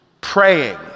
Praying